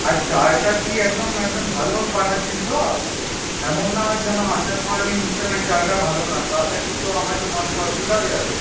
আর চালটা কি একদম একদম ভালো পাঠাচ্ছেন তো এমন না হয় যেন আসার পর আমি বুঝতে পারি চালটা ভালো না তাহলে কিন্তু আমার জন্য অনেক অসুবিধা হয়ে যাবে